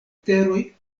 teroj